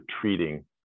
treating